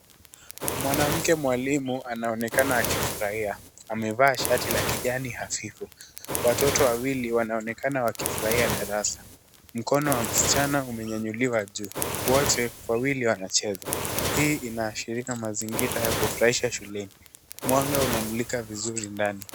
Mwanamke mwalimu anaonekana akifurahia, amevaa shati la kijani hafifu. Watoto wawili wanaonekana wakifurahia darasa. Mkono wa msichana umenyanyuliwa juu, wote wawili wanacheza. Hii inaashiria mazingira ya kufurahisha shuleni. Mwanga unaamulika vizuri ndani.